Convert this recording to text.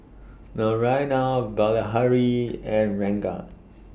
Naraina Bilahari and Ranga